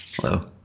Hello